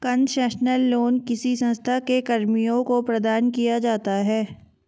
concessional loan किसी संस्था के कर्मियों को प्रदान किया जाता है